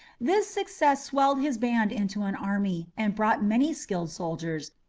this success swelled his band into an army, and brought many skilled soldiers,